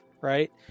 right